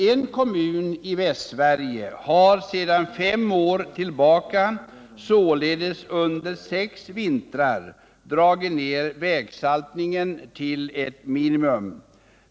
En kommun i Västsverige har sedan fem år tillbaka, således under sex vintrar, dragit ned vägsaltningen till ett minimum.